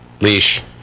Leash